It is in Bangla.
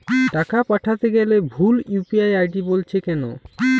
টাকা পাঠাতে গেলে ভুল ইউ.পি.আই আই.ডি বলছে কেনো?